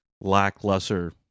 lackluster